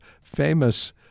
famous